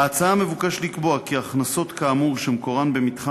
בהצעה מבוקש לקבוע כי הכנסות כאמור שמקורן במתחם